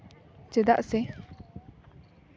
ᱪᱮᱫᱟᱜ ᱥᱮ